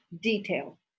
detail